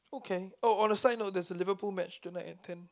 okay oh a side note there's a Liverpool match tonight at ten